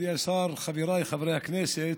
מכובדי השר, חבריי חברי הכנסת,